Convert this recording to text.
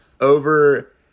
over